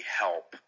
help